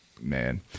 man